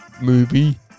movie